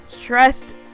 Trust